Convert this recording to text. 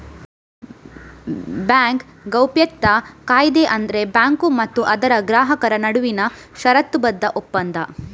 bank ಗೌಪ್ಯತಾ ಕಾಯಿದೆ ಅಂದ್ರೆ ಬ್ಯಾಂಕು ಮತ್ತೆ ಅದರ ಗ್ರಾಹಕರ ನಡುವಿನ ಷರತ್ತುಬದ್ಧ ಒಪ್ಪಂದ